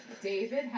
David